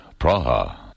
Praha